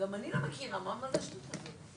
זה מה שצריך לראות.